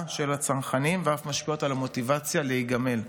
של הצרכנים ואף משפיעות על המוטיבציה להיגמל.